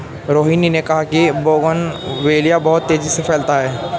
रोहिनी ने कहा कि बोगनवेलिया बहुत तेजी से फैलता है